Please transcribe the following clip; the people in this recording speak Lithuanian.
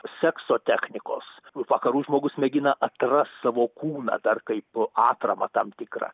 sekso technikos vakarų žmogus mėgina atrast savo kūną dar kaip atramą tam tikrą